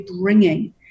bringing